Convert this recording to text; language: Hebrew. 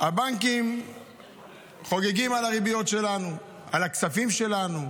הבנקים חוגגים על הריביות שלנו, על הכספים שלנו.